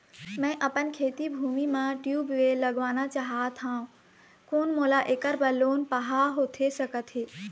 मैं अपन खेती भूमि म ट्यूबवेल लगवाना चाहत हाव, कोन मोला ऐकर बर लोन पाहां होथे सकत हे?